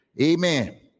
Amen